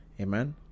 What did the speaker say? amen